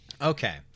Okay